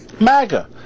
MAGA